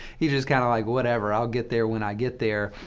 he just kind of like whatever. i'll get there when i get there.